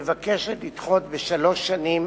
מבקשת לדחות בשלוש שנים